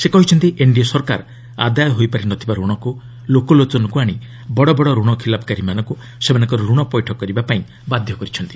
ସେ କହିଛନ୍ତି ଏନ୍ଡିଏ ସରକାର ଆଦାୟ ହୋଇପାରି ନ ଥିବା ରଣକୁ ଲୋଚଲୋଚନକୁ ଆଶି ବଡ଼ ବଡ଼ ରଣଖିଲାପକାରୀମାନଙ୍କୁ ସେମାନଙ୍କର ଋଣ ପୈଠ କରିବାପାଇଁ ବାଧ୍ୟ କରିଛନ୍ତି